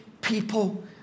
people